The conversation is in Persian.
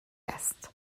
است